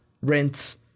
Rinse